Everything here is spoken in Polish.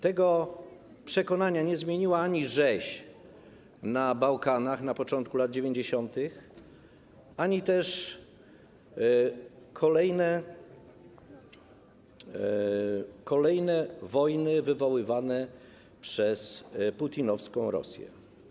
Tego przekonania nie zmieniły ani rzeź na Bałkanach na początku lat 90., ani też kolejne wojny wywoływane przez putinowską Rosję.